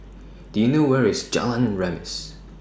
Do YOU know Where IS Jalan Remis